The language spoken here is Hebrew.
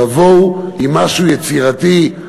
תבואו עם משהו יצירתי,